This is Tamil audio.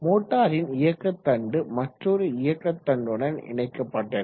மோட்டாரின் இயக்க தண்டு மற்றொரு இயக்க தண்டுடன் இணைக்கப்பட்டிருக்கும்